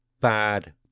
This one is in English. bad